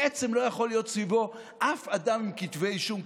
בעצם לא יכול להיות סביבו אף אדם עם כתבי אישום.